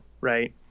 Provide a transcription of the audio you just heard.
right